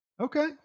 Okay